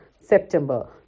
September